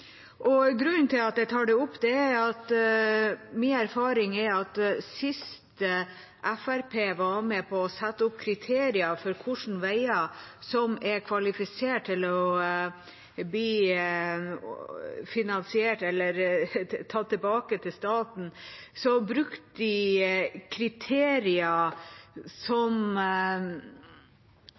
inn. Grunnen til at jeg tar det opp, er at min erfaring sist Fremskrittspartiet var med på å sette opp kriterier for hvilke veier som skulle være kvalifisert til å bli finansiert av eller tatt tilbake til staten, brukte de kriterier som